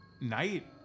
night